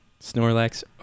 Snorlax